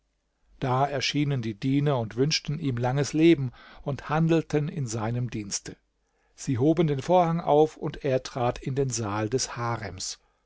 da erschienen die diener und wünschten ihm langes leben und handelten in seinem dienste sie hoben den vorhang auf und er trat in den saal des harems